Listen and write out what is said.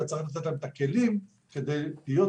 אלא צריך לתת להן את הכלים כדי להיות